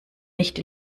nicht